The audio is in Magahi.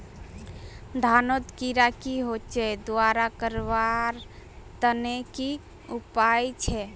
धानोत कीड़ा की होचे दूर करवार तने की उपाय छे?